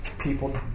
people